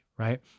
right